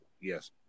yes